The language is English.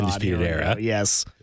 Yes